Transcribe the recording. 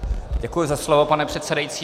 Děkuji za slovo, pane předsedající.